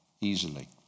easily